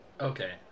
Okay